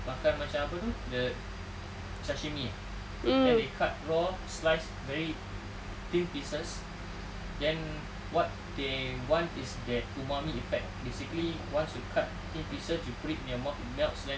makan macam apa tu the sashimi eh then they cut raw slice very thin pieces then what they want is that umami effect basically once you cut thin pieces you put it in your mouth it melts then